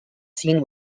seen